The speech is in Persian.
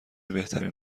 بهترین